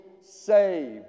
saved